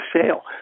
sale